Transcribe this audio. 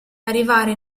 arrivare